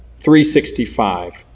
365